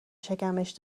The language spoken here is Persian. شکمش